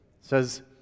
says